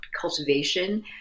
cultivation